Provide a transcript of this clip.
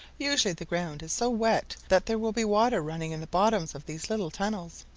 usually the ground is so wet that there will be water running in the bottoms of these little tunnels.